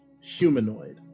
humanoid